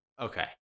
Okay